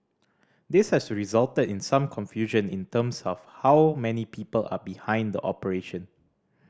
this has resulted in some confusion in terms of how many people are behind the operation